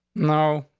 no.